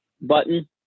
button